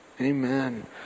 Amen